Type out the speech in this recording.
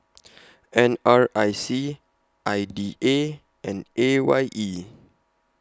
N R I C I D A and A Y E